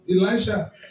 Elisha